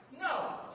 No